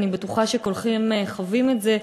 אני בטוחה שכולכם חווים את זה,